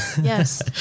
Yes